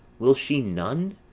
will she none?